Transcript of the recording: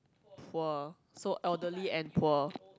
poor so elderly and poor